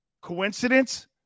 Coincidence